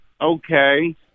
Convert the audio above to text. okay